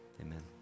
Amen